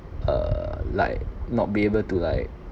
uh like not be able to like